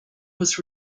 was